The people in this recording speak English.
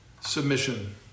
submission